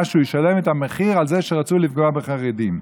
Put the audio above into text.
שהוא ישלם את המחיר על זה שרצו לפגוע בחרדים.